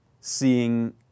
seeing